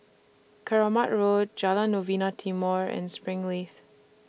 Keramat Road Jalan Novena Timor and Springleaf